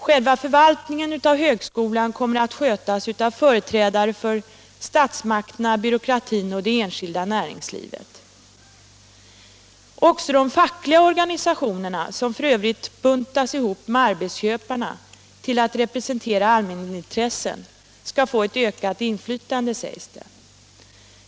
Själva förvaltningen av högskolan kommer att skötas av företrädare för statsmakterna, byråkratin och det enskilda näringslivet. Även de fackliga organisationerna, som f.ö. buntas ihop med arbetsköparna för att representera allmänintressena, skall, sägs det, få ett ökat inflytande.